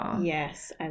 Yes